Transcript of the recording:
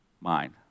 mind